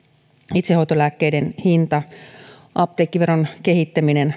itsehoitolääkkeiden hinta apteekkiveron kehittäminen